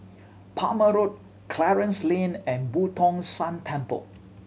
Palmer Road Clarence Lane and Boo Tong San Temple